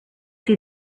see